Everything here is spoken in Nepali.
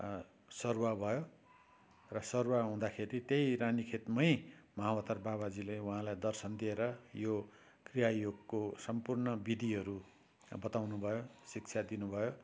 सरुवा भयो र सरुवा हुँदाखेरि त्यही रानीखेतमै महाअवतार बाबाजीले वहाँलाई दर्शन दिएर यो क्रियायोगको सम्पूर्ण विधिहरू बताउनु भयो शिक्षा दिनुभयो